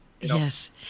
Yes